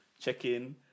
check-in